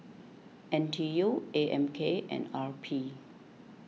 N T U A M K and R P